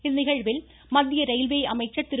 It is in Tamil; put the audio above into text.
இந்நிகழ்வில் மத்திய ரயில்வே அமைச்சர் திரு